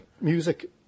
music